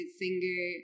singer